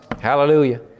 Hallelujah